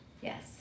yes